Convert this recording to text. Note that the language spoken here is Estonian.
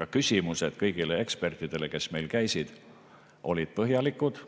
ka küsimused kõigile ekspertidele, kes meil käisid, olid põhjalikud.